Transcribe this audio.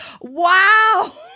Wow